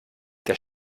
der